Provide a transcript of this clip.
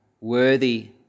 Worthy